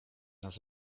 nas